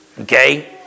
Okay